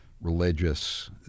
religious